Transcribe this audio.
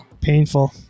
painful